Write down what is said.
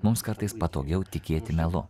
mums kartais patogiau tikėti melu